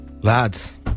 Lads